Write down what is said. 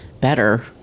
better